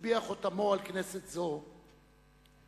הטביע חותמו על כנסת זו כאשר